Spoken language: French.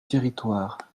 territoires